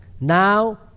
now